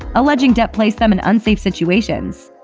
alleging depp placed them in unsafe situations,